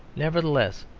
nevertheless,